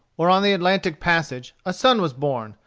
or on the atlantic passage, a son was born,